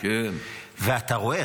ואתה רואה.